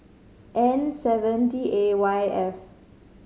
N seven D A Y F